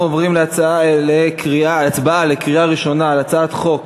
אנחנו עוברים להצבעה בקריאה ראשונה על הצעת חוק